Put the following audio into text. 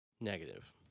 negative